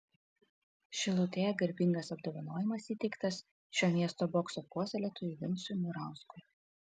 šilutėje garbingas apdovanojimas įteiktas šio miesto bokso puoselėtojui vincui murauskui